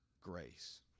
grace